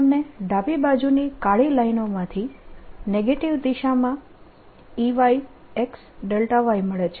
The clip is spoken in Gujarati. આપણને ડાબી બાજુની કાળી લાઈનોમાંથી નેગેટીવ દિશામાં Eyxy મળે છે